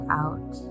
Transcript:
out